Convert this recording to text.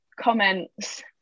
comments